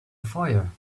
fire